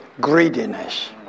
greediness